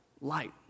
Light